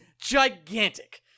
gigantic